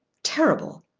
terrible!